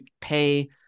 pay